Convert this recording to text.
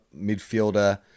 midfielder